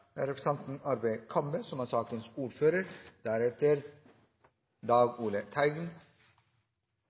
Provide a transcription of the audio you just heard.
representanten Dag Ole Teigen